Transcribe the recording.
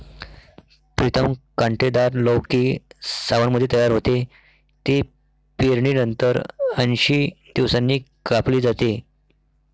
प्रीतम कांटेदार लौकी सावनमध्ये तयार होते, ती पेरणीनंतर ऐंशी दिवसांनी कापली जाते